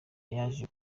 yaje